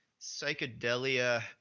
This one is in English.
psychedelia